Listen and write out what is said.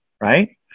right